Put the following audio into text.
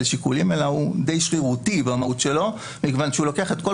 שיקולים אלא הוא די שרירותי במהות שלו מכיוון שהוא לוקח את כל